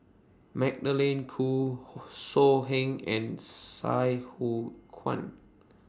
Magdalene Khoo So Heng and Sai Hua Kuan